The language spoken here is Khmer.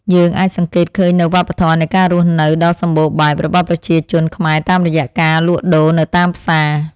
យើងអាចសង្កេតឃើញនូវវប្បធម៌នៃការរស់នៅដ៏សម្បូរបែបរបស់ប្រជាជនខ្មែរតាមរយៈការលក់ដូរនៅតាមផ្សារ។